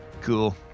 cool